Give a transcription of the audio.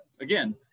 again